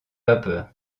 vapeur